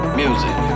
music